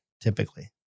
Typically